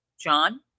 John